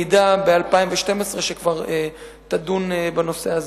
ועידה ב-2012 שכבר תדון בנושא הזה.